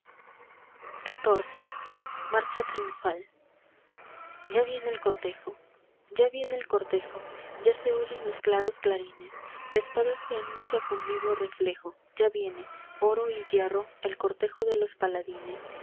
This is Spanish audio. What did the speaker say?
xiv marcha triunfal ya viene el cortejo ya viene el cortejo ya se oyen los claros clarines la espada se anuncia con vivo reflejo ya viene oro y hierro el cortejo de los paladines